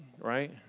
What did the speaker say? right